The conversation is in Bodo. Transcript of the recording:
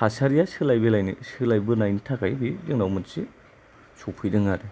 थासारिया सोलाय बोलाय सोलायबोनायनि थाखाय बे जोंनाव मोनसे सौफैदों आरो